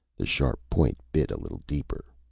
the sharp point bit a little deeper.